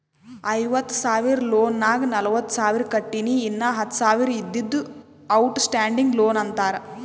ಐವತ್ತ ಸಾವಿರ ಲೋನ್ ನಾಗ್ ನಲ್ವತ್ತ ಸಾವಿರ ಕಟ್ಟಿನಿ ಇನ್ನಾ ಹತ್ತ ಸಾವಿರ ಇದ್ದಿದ್ದು ಔಟ್ ಸ್ಟ್ಯಾಂಡಿಂಗ್ ಲೋನ್ ಅಂತಾರ